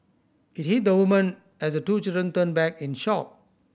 it hit the woman as the two children turned back in shock